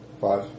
Five